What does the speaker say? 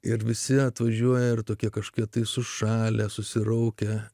ir visi atvažiuoja ir tokia kažkaip tai sušalę susiraukę